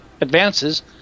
advances